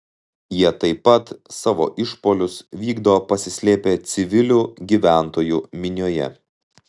jie taip pat savo išpuolius vykdo pasislėpę civilių gyventojų minioje